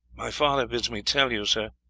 my father bids me tell you, sir,